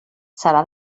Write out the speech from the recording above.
serà